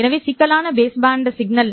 எனவே சிக்கலான பேஸ்பேண்ட் சமிக்ஞை